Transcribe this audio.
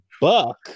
buck